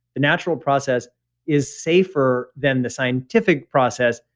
the natural process is safer than the scientific process,